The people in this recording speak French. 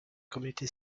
communauté